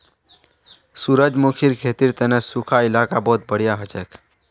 सूरजमुखीर खेतीर तने सुखा इलाका बहुत बढ़िया हछेक